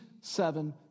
seven